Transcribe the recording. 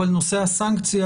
אבל נושא הסנקציה,